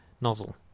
nozzle